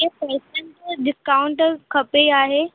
मूंखे पैसनि जे डिस्काउंट खपे आहे